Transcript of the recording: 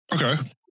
Okay